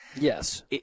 Yes